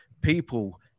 people